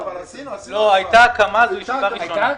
שעסקנו בה הרבה כאן בוועדה,